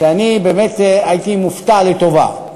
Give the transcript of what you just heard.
ואני באמת הייתי מופתע לטובה.